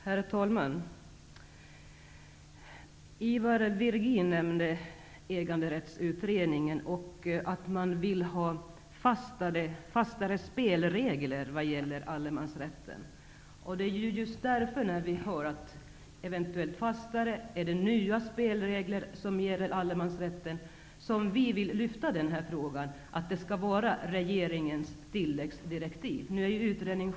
Herr talman! Ivar Virgin nämnde Äganderättsutredningen och att man vill ha fastare spelregler när det gäller allemansrätten. Det är just när vi hör talas om eventuellt fastare eller nya spelregler för allemansrätten som vi vill lyfta upp frågan genom ett tilläggsdirektiv från regeringen.